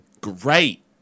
Great